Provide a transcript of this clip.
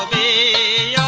e